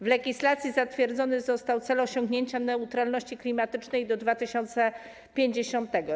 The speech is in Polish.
W legislacji zatwierdzony został cel dotyczący osiągnięcia neutralności klimatycznej do 2050 r.